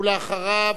אחריו,